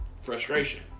frustration